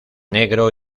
negro